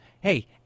Hey